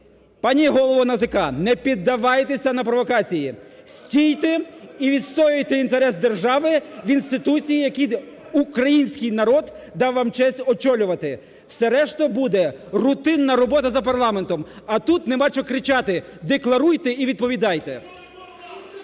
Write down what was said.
Пані голово НАЗК, не піддавайтеся на провокації, стійте і відстоюйте інтерес держави в інституції, яку український народ дав вам честь очолювати. Все решта буде рутинна робота за парламентом, а тут немає чого кричати: декларуйте і відповідайте.